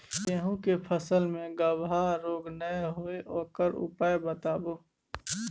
गेहूँ के फसल मे गबहा रोग नय होय ओकर उपाय बताबू?